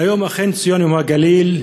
היום אכן צוין יום הגליל,